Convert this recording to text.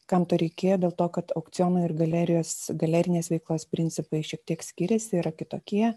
kam to reikėjo dėl to kad aukciono ir galerijos galerinės veiklos principai šiek tiek skiriasi yra kitokie